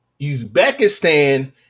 Uzbekistan